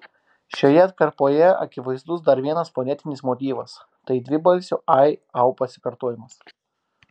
šioje atkarpoje akivaizdus dar vienas fonetinis motyvas tai dvibalsių ai au pasikartojimas